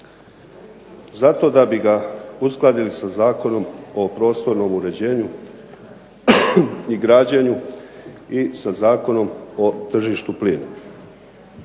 Zato da bi ga uskladili sa Zakonom o prostornom uređenju i građenju i sa Zakonom o tržištu plina.